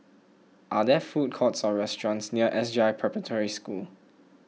are there food courts or restaurants near S J I Preparatory School